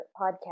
podcast